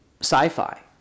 sci-fi